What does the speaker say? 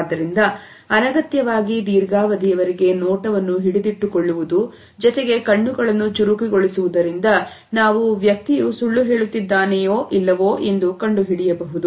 ಆದ್ದರಿಂದ ಅನಗತ್ಯವಾಗಿ ದೀರ್ಘಾವಧಿಯವರೆಗೆ ನೋಟವನ್ನು ಹಿಡಿದಿಟ್ಟುಕೊಳ್ಳುವುದು ಜೊತೆಗೆ ಕಣ್ಣುಗಳನ್ನು ಚುರುಕುಗೊಳಿಸುವುದರಿಂದ ನಾವು ವ್ಯಕ್ತಿಯು ಸುಳ್ಳು ಹೇಳುತ್ತಿದ್ದಾನೆಯೇ ಎಂದು ಕಂಡುಹಿಡಿಯಬಹುದು